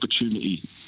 opportunity